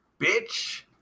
bitch